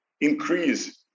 increase